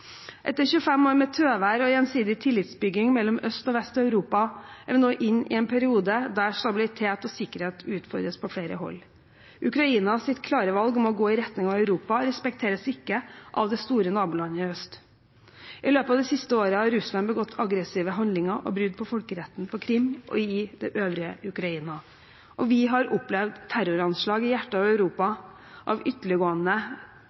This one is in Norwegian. Etter 25 år med tøvær og gjensidig tillitsbygging mellom øst og vest i Europa er vi nå inne i en periode der stabilitet og sikkerhet utfordres på flere hold. Ukrainas klare valg om å gå i retning av Europa respekteres ikke av det store nabolandet i øst. I løpet av det siste året har Russland begått aggressive handlinger og brudd på folkeretten på Krim og i det øvrige Ukraina. Vi har opplevd terroranslag i hjertet av Europa av ytterliggående